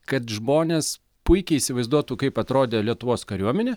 kad žmonės puikiai įsivaizduotų kaip atrodė lietuvos kariuomenė